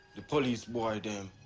the police boy them.